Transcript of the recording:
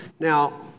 Now